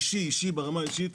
אישי, ברמה האישית.